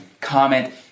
comment